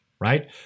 Right